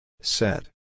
Set